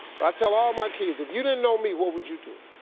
but i tell all my kids, if you didn't know me, what would you do?